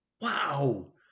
Wow